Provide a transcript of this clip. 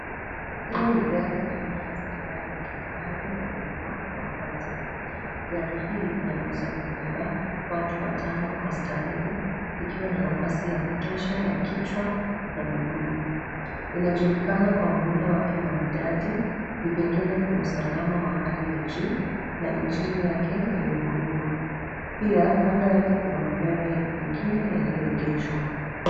Hii ni gari aina ya sedan ya kifahari ya ukubwa wa kati. Gari hii inaweza kubeba watu watano kwa starehe, ikiwa na nafasi ya kutosha ya kichwa na miguu. Inajulikana kwa muundo wake maridadi, vipengele vya usalama wa hali ya juu na injini yake yenye nguvu. Pia, kando yake kuna magari mengine yaliyoegeshwa.